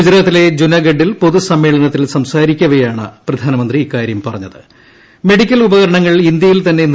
ഗുജറാത്തിലെ ജുനഗഡിൽ പൊതുസമ്മേളനത്തിൽ സംസാരിക്കവേയാണ് പ്രധാനമന്ത്രി ഇക്കാര്യം മെഡിക്കൽ ഉപകരണങ്ങൾ ഇന്ത്യയിൽ തന്നെ പറഞ്ഞത്